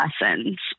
lessons